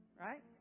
right